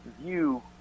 view